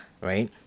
right